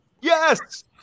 Yes